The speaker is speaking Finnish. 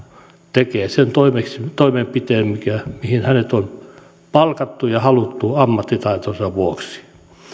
tekee sen toimenpiteen mihin hänet on palkattu ja haluttu ammattitaitonsa vuoksi